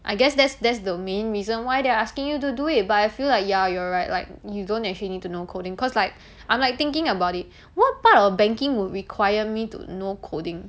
I guess that's that's the main reason why they're asking you to do it but I feel like ya you're right like you don't actually need to know coding cause like I'm like thinking about it what part of banking would require me to know coding